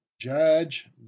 Judge